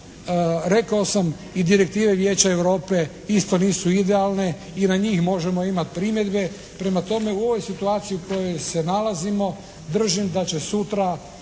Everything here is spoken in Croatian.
Rekao sam i direktive Vijeća Europe isto nisu idealne i na njih možemo imati primjedbe. Prema tome u ovoj situaciji u kojoj se nalazimo držim da će sutra